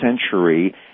century